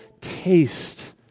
taste